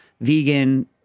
vegan